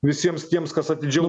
visiems tiems kas atidžiau